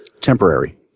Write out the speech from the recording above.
temporary